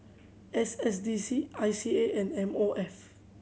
S S D C I C A and M O F